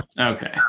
Okay